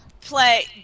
play